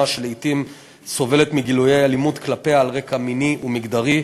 שלעתים סובלת מגילויי אלימות כלפיה על רקע מיני ומגדרי,